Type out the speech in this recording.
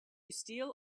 steal